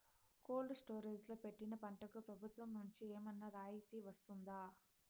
Cold storage లో పెట్టిన పంటకు ప్రభుత్వం నుంచి ఏమన్నా రాయితీ వస్తుందా?